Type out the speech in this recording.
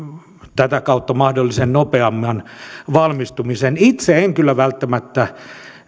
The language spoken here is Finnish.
tätä kautta mahdollisen nopeamman valmistumisen itse en kyllä välttämättä